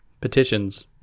petitions